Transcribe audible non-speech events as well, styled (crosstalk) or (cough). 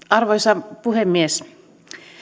(unintelligible) arvoisa puhemies